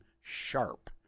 sharp